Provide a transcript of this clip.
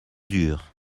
dur